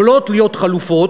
יכולות להיות חלופות,